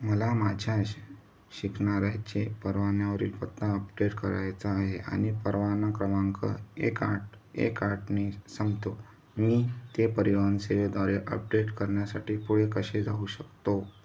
मला माझ्या श शिकणाऱ्याचे परवान्यावरील पत्ता अपडेट करायचा आहे आणि परवाना क्रमांक एक आठ एक आठने संपतो मी ते परिवहन सेवेद्वारे अपडेट करण्यासाठी पुढे कसे जाऊ शकतो